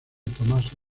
tomás